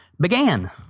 began